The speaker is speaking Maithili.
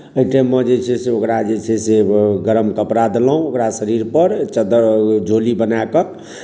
एहि टाइममे जे छै से ओकरा जे छै से गरम कपड़ा देलहुँ ओकरा शरीरपर चद्दर झोली बनाए कऽ